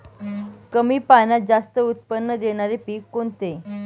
कमी पाण्यात जास्त उत्त्पन्न देणारे पीक कोणते?